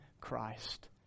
Christ